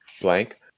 blank